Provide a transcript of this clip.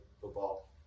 football